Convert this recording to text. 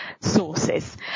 sources